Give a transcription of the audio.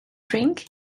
drink